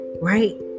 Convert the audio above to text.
right